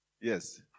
Yes